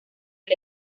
del